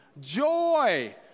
Joy